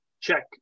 check